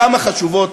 כמה חשובות,